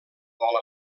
futbol